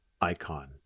icon